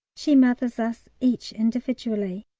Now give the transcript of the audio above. she mothers us each individually,